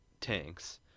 tanks